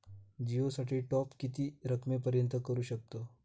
जिओ साठी टॉप किती रकमेपर्यंत करू शकतव?